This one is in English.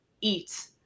eat